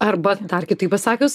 arba dar kitaip pasakius